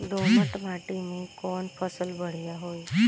दोमट माटी में कौन फसल बढ़ीया होई?